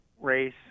race